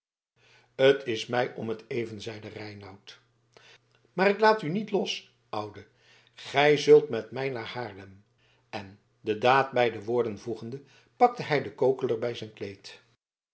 t is mij om t even zeide reinout maar ik laat u niet los oude gij zult met mij naar haarlem en de daad bij de woorden voegende vatte hij den kokeler bij zijn kleed